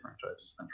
franchises